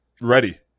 ready